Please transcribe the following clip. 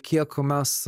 kiek mes